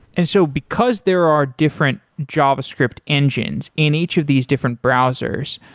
and so, because there are different java script engines in each of these different browsers,